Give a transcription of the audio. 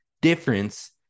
difference